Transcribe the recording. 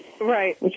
Right